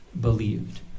believed